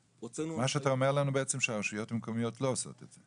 מה שאתה אומר לנו בעצם שהרשויות המקומיות לא עושות את זה?